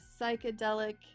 psychedelic